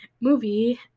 movie